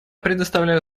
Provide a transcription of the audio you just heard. предоставляю